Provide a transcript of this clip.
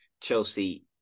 Chelsea